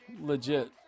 legit